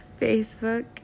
Facebook